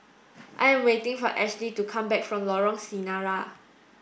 I am waiting for Ashli to come back from Lorong Sarina